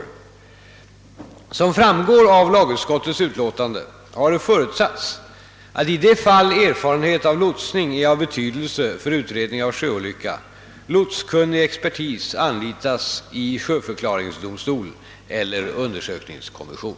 Såsom framgår av lagutskottets utlåtande har det förutsatts att i det fall erfarenhet av lotsning är av betydelse för utredning av sjöolycka lotskunnig expertis anlitas i sjöförklaringsdomstol eller undersökningskommission.